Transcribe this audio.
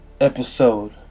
episode